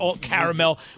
caramel